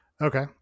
okay